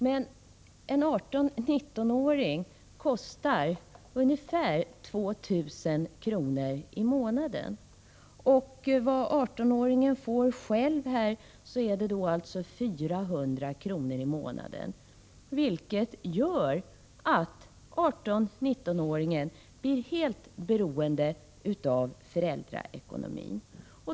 Men en 18-19-åring kostar ungefär 2 000 kr. i månaden, och vad 18-19-åringen får själv är alltså 400 kr. i månaden, vilket gör att 18-19-åringen blir helt beroende av föräldraekonomin.